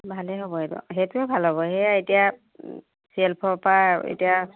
ভালেই হ'ব এইটো সেইটোৱে ভাল হ'ব সেয়া এতিয়া চেল্ফৰ পৰা এতিয়া